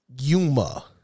Yuma